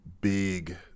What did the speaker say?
big